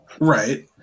Right